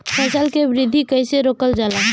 फसल के वृद्धि कइसे रोकल जाला?